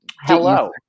hello